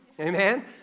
amen